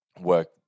work